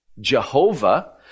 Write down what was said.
Jehovah